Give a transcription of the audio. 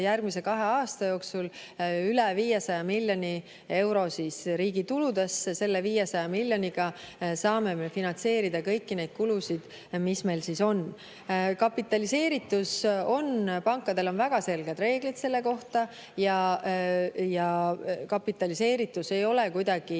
kõrged intressimaksed, üle 500 miljoni euro riigi tuludesse. Selle 500 miljoniga saame finantseerida kõiki neid kulusid, mis meil on. Kapitaliseeritus. Pankadel on väga selged reeglid selle kohta ja kapitaliseeritus ei ole kuidagi